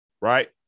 right